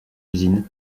usine